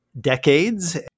decades